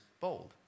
bold